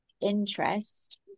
interest